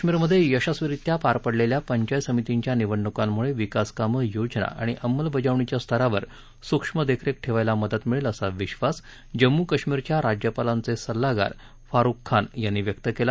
जम्मू काश्मीरमध्ये यशस्वीरीत्या पार पडलेल्या पंचायत समित्यांच्या निवडणुकांमुळे विकास कामं योजना आणि अंमलबजावणीच्या स्तरावर सूक्ष्म देखरेख ठेवायला मदत मिळेल असा विधास जम्मू काश्मीरच्या राज्यपालांचे सल्लागार फारुख खान यांनी व्यक्त केला